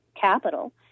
capital